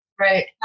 Right